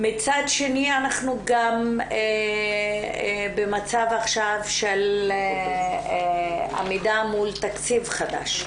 מצד שני אנחנו גם במצב עכשיו של עמידה מול תקציב חדש.